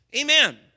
Amen